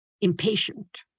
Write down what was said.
impatient